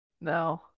No